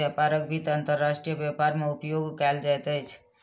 व्यापारक वित्त अंतर्राष्ट्रीय व्यापार मे उपयोग कयल जाइत अछि